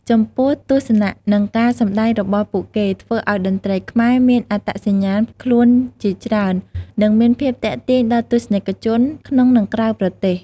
ចំពោះទស្សនៈ និងការសម្តែងរបស់ពួកគេ ធ្វើឲ្យតន្ត្រីខ្មែរ មានអត្តសញ្ញាណខ្លួនជាច្រើន និងមានភាពទាក់ទាញដល់ទស្សនិកជនក្នុង និងក្រៅប្រទេស។